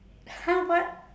!huh! what